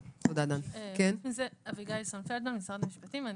משרד המשפטים.